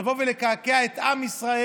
לבוא ולקעקע את עם ישראל,